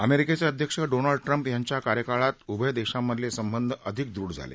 अमेरिकेचे अध्यक्ष Donald Trump यांच्या कार्यकाळात उभय देशांमधले संबंध अधिक दृढ झाले